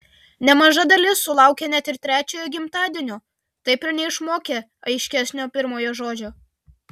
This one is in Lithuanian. nemaža dalis sulaukia net ir trečiojo gimtadienio taip ir neišmokę aiškesnio pirmojo žodžio